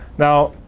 now,